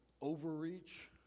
overreach